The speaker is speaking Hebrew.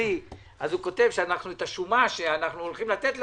אז את השומה שאנחנו הולכים לתת לך,